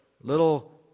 little